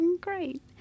Great